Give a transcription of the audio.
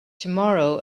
tomorrow